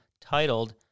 titled